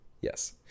yes